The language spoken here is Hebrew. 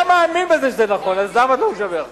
אתה מאמין בזה שזה נכון, אז למה אתה לא משבח?